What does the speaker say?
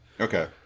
Okay